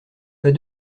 pas